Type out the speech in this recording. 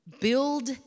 build